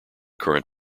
current